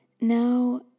now